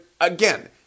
again